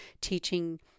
teaching